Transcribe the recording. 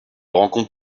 rencontre